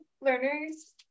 learners